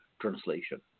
translation